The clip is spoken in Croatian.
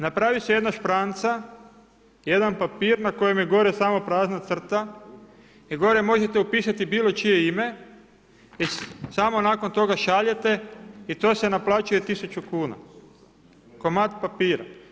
Napravi se jedna špranca, jedan papir na kojem je gore samo prazna crta i gore možete upisati bilo čije ime i samo nakon toga šaljete i to se naplaćuje 1000 kuna, komad papira.